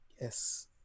Yes